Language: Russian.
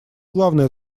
главная